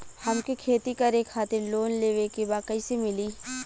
हमके खेती करे खातिर लोन लेवे के बा कइसे मिली?